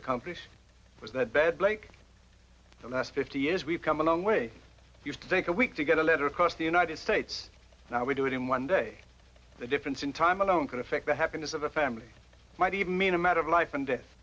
accomplish was that bad like the last fifty years we've come a long way to take a week to get a letter across the united states now we do it in one day the difference in time alone can affect the happiness of the family might even mean a matter of life and death